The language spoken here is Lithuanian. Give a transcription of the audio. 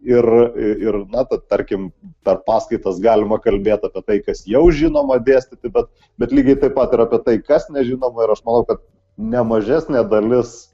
ir ir na tarkim per paskaitas galima kalbėt apie tai kas jau žinoma dėstyti bet bet lygiai taip pat apie tai kas nežinoma ir aš manau kad ne mažesnė dalis